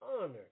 honor